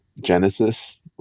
Genesis